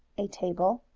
a table,